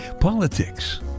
Politics